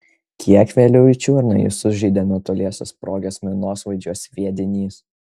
kiek vėliau į čiurną jį sužeidė netoliese sprogęs minosvaidžio sviedinys